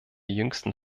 jüngsten